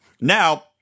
Now